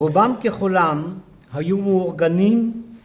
‫רובם ככולם היו מאורגנים...